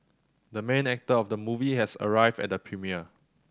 the main actor of the movie has arrived at the premiere